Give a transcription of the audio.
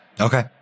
Okay